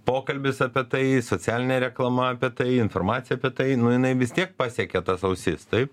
pokalbis apie tai socialinė reklama apie tai informacija apie tai nu jinai vis tiek pasiekia tas ausis taip